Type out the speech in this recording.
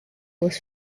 was